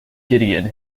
gideon